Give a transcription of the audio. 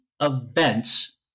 events